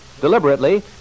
Deliberately